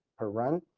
per run.